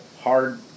hard